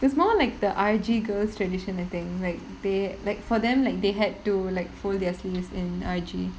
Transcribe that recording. it's more like the R_J girls tradition I think like they like for them like they had to like fold their sleeves in R_J